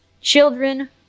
Children